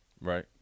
right